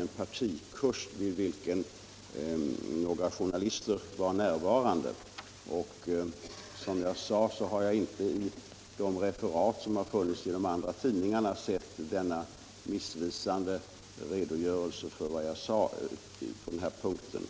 en partikurs vid vilken några journalister var närvarande. Och som jag sade har jag inte i de referat som har förekommit i andra tidningar sett denna missvisande redogörelse för vad jag uttalade.